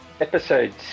episode